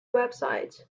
website